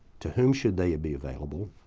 to whom should they be available,